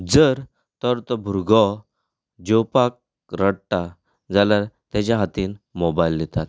जर तर तो भुरगो जेवपाक रडटा जाल्यार ताज्या हातांत मोबायल दितात